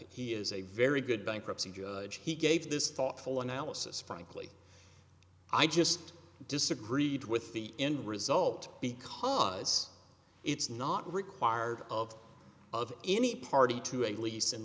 he is a very good bankruptcy judge he gave this thoughtful analysis frankly i just disagreed with the end result because it's not required of of any party to at least in